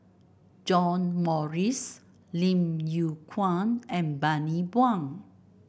John Morrice Lim Yew Kuan and Bani Buang